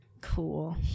cool